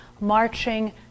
marching